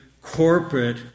corporate